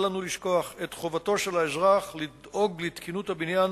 אל לנו לשכוח את חובתו של האזרח לדאוג לתקינות הבניין